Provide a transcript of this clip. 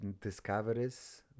discoveries